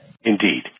Indeed